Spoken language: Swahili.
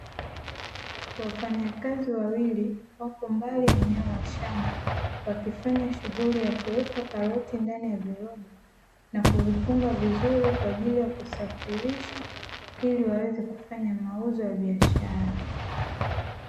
Wafanyakaz wawilii wako mbali ya eneo la shamba wakifanya shughuli ya kuweka karoti ndani ya viroba na kuvifunga vizuri kwa ajili ya kusafirisha iliwaweze kufanya mauzo ya biashara.